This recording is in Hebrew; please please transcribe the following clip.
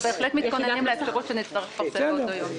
אנחנו בהחלט מתכוננים לאפשרות שנצטרך לפרסם באותו יום.